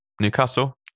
Newcastle